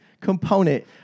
component